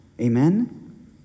Amen